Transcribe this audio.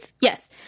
yes